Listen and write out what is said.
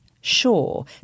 Sure